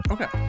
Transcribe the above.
Okay